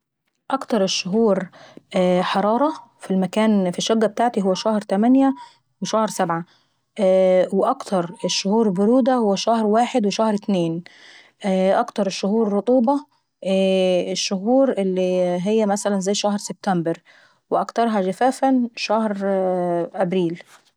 اكتر الشهور حرارة في المكان في الشقة ابتاعتي هو شهر تمانية وشهر صبعة. واكتر الشهور برودة هو شهر واحد وشهر اتنين. واكتر الشهور رطوبة ايييه الشهور اللي هو مثلا زي شهر سبتمبر. واكترها جفاف هو شهر ابريل شهر أربعة.